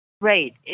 Right